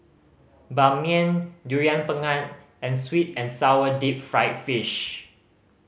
Ban Mian Durian Pengat and sweet and sour deep fried fish